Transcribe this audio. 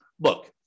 look